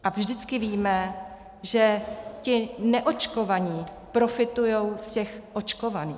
A vždycky víme, že ti neočkovaní profitují z těch očkovaných.